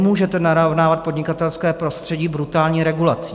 Vy nemůžete narovnávat podnikatelské prostředí brutální regulací.